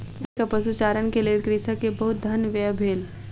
भेड़क पशुचारण के लेल कृषक के बहुत धन व्यय भेल